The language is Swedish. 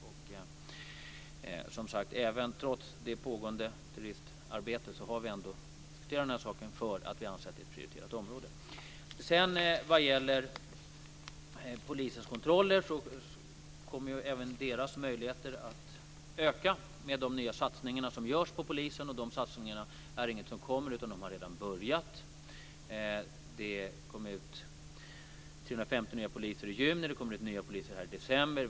Och, som sagt, trots det pågående terrorismbekämpningsarbetet har vi diskuterat detta, för vi anser att det är ett prioriterat område. Vad sedan gäller polisens kontroller kommer ju även polisens möjligheter att öka med de nya satsningar som görs på polisen, och dessa satsningar är inget som kommer utan de har redan börjat. Det kom ut 350 nya poliser i juni. Det kommer ut nya poliser nu i december.